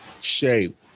shape